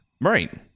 right